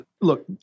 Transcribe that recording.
Look